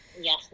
yes